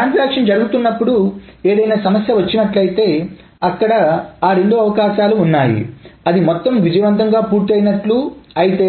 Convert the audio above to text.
transaction జరుగుతున్నప్పుడు ఏదైనా సమస్య వచ్చినట్లయితే అక్కడ అ రెండు అవకాశాలు ఉన్నాయి అది మొత్తం విజయవంతంగా పూర్తయినట్లు అయితే